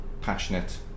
passionate